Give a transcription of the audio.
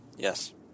Yes